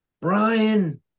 Brian